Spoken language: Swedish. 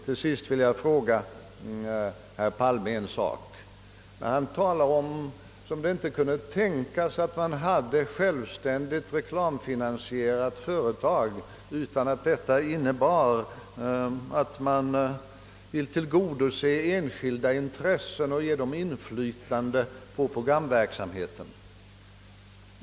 Till sist vill jag fråga herr Palme om en sak, Herr Palme antyder att det inte kan tänkas att man har ett självständigt reklamfinansierat företag utan att detta innebär att man tillgodoser enskilda intressen och ger dem inflytande på programverksamheten.